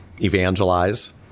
evangelize